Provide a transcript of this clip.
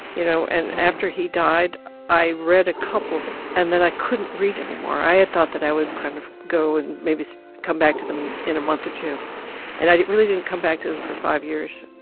you know, and after he died i read a couple and then i couldn't read anymore. i had thought that i would kind of go and maybe come back to them in a month or two and i really didn't come back to them for five years.